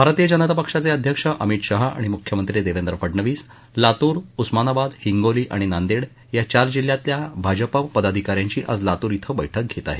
भारतीय जनता पक्षाचे अध्यक्ष अमित शहा आणि मुख्यमंत्री देवेंद्र फडनवीस लातूर उस्मानाबाद हिंगोली आणि नांदेड या चार जिल्ह्यातल्या भारतीय जनता पक्षाच्या पदाधिकाऱ्यांची आज लातूर क्रिं एक बैठक घेत आहेत